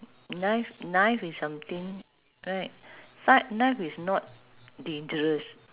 knife knife is something right kni~ knife is not dangerous